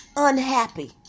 unhappy